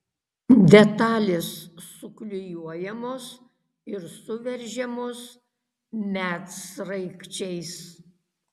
detalės suklijuojamos ir suveržiamos medsraigčiais